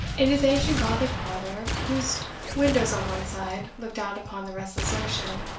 in his ancient gothic parlour, whose windows on one side looked out upon the restless ocean,